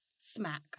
Smack